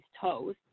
toes